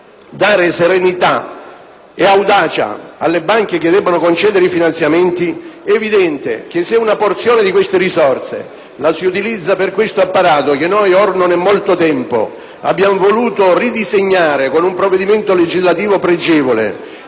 dare serenità e audacia alle banche che devono concedere i finanziamenti, è evidente che se una porzione di queste risorse la si utilizza per questo apparato, che noi da non molto tempo abbiamo voluto ridisegnare con un provvedimento legislativo pregevole